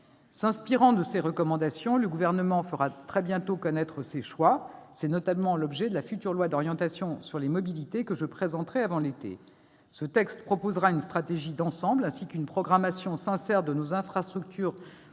S'inspirant de ces recommandations, le Gouvernement fera très bientôt connaître ses choix. C'est notamment l'objet du futur projet de loi d'orientation sur les mobilités que je présenterai avant l'été. Ce texte proposera une stratégie d'ensemble, ainsi qu'une programmation sincère de nos infrastructures